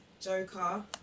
Joker